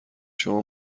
شما